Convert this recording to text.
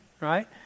right